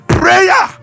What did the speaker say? prayer